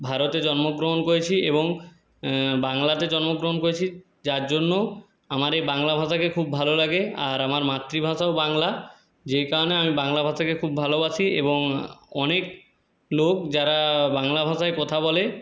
ভারতে জন্মগ্রহণ করেছি এবং বাংলাতে জন্মগ্রহণ করেছি যার জন্য আমার এই বাংলা ভাষাকে খুব ভালো লাগে আর আমার মাতৃভাষাও বাংলা যেই কারণে আমি বাংলা ভাষাকে খুব ভালোবাসি এবং অনেক লোক যারা বাংলা ভাষায় কথা বলে